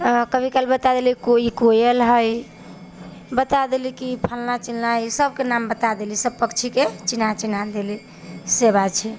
कभी काल बता देलीह कोइ कोयल है बता देलीह कि फल्लाँ चिलाँ इसभके नाम बता देली सभ पक्षीके चिन्हा चिन्हा देली से बात छै